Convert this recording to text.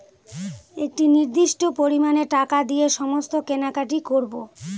একটি নির্দিষ্ট পরিমানে টাকা দিয়ে সমস্ত কেনাকাটি করবো